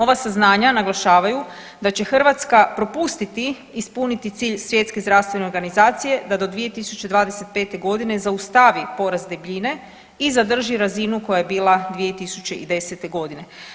Ova saznanja naglašavaju da će Hrvatska propusti ispuniti cilj Svjetske zdravstvene organizacije da do 2025. godine zaustavi porast debljine i zadrži razinu koja je bila 2010. godine.